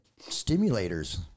stimulators